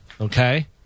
Okay